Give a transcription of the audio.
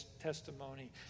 testimony